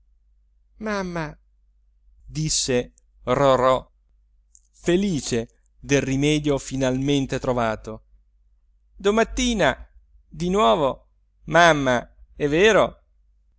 mamma disse rorò felice del rimedio finalmente trovato domattina di nuovo mamma è vero